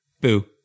Boo